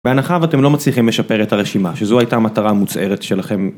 בהנחה ואתם לא מצליחים לשפר את הרשימה שזו הייתה מטרה מוצהרת שלכם